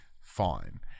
fine